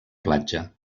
platja